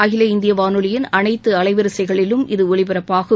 அகில இந்திய வானொலியின் அனைத்து அலைவரிசைகளிலும் இது ஒலிபரப்பாகும்